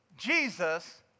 Jesus